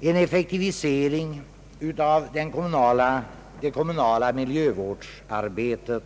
En effektivisering av det kommunala miljövårdsarbetet